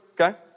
okay